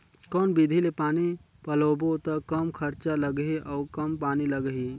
कौन विधि ले पानी पलोबो त कम खरचा लगही अउ कम पानी लगही?